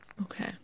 Okay